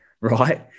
right